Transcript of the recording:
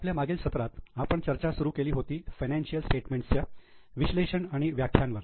आपल्या मागील सत्रात आपण चर्चा सुरू केली होती फायनान्शिअल स्टेटमेंट च्या विश्लेषण आणि व्याख्या वर